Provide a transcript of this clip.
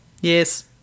Yes